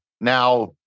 Now